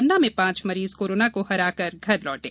पन्ना में पांच मरीज कोरोना को हराकर घर लौटे